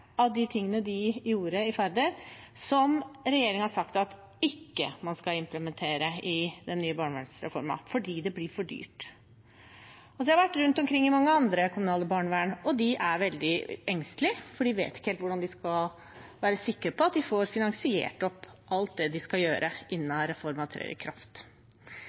de tingene de gjorde i Færder som regjeringen har sagt at man ikke skal implementere i den nye barnevernsreformen – fordi det blir for dyrt. Jeg har vært rundt omkring i mange andre kommunale barnevern, og de er veldig engstelige, for de vet ikke helt hvordan de skal være sikre på at de får finansiert alt det de skal gjøre innen reformen trer i kraft.